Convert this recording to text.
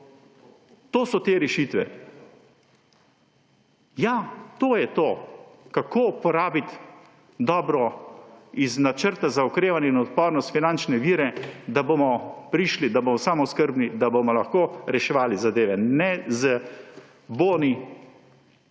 To so te rešitve! Ja, to je to! Kako uporabiti dobro iz Načrta za okrevanje in odpornost finančne vire, da bomo samooskrbni, da bomo lahko reševali zadeve, ne z boni,